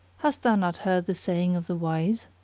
hast thou not heard the saying of the wise